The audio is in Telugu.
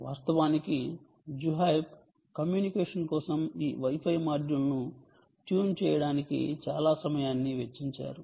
వాస్తవానికి జుహైబ్ కమ్యూనికేషన్ కోసం ఈ వై ఫై మాడ్యూల్ను ట్యూన్ చేయడానికి చాలా సమయాన్ని వెచ్చించారు